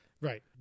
Right